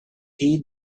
heed